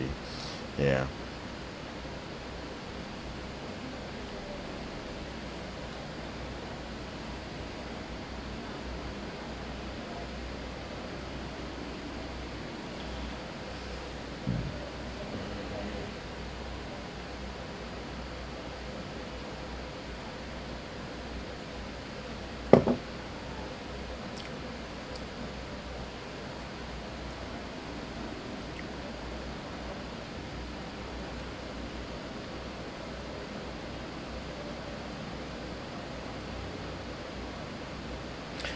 ya